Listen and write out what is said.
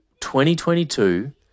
2022